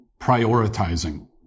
prioritizing